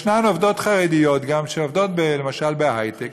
ישנן עובדות חרדיות גם שעובדות למשל בהיי-טק,